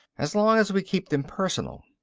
as long as we keep them personal.